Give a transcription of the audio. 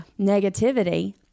negativity